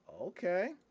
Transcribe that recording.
Okay